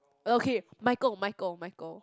okay Micheal Micheal Micheal